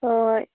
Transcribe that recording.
ꯍꯣꯏ